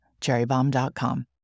cherrybomb.com